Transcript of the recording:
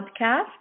podcast